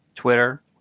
twitter